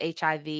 HIV